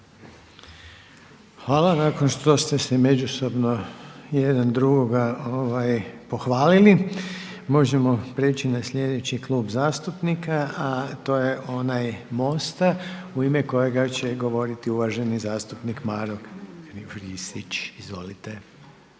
Hvala. Nakon što ste se međusobno jedan drugoga pohvalili, možemo prijeći na sljedeći klub zastupnika a to je onaj MOST-a u ime kojega će govoriti uvaženi zastupnik Maro Kristić. Izvolite.